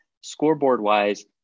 Scoreboard-wise